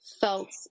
felt